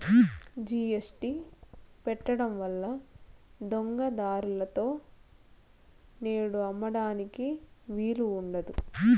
GST పెట్టడం వల్ల దొంగ దారులలో నేడు అమ్మడానికి వీలు ఉండదు